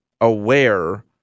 aware